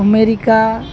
America